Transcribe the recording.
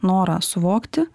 norą suvokti